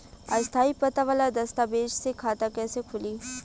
स्थायी पता वाला दस्तावेज़ से खाता कैसे खुली?